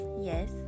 Yes